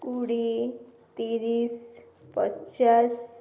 କୋଡ଼ିଏ ତିରିଶ ପଚାଶ